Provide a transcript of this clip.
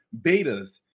betas